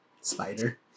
Spider